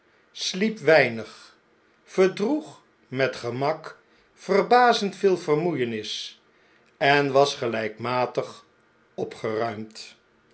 sliep weinig verdroeg met gemak verbazend veel vermoeienis en was gelpmatig opgeruimd